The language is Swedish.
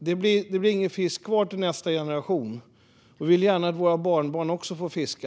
Det blir annars ingen fisk kvar till nästa generation. Vi vill gärna att våra barnbarn också ska få fiska.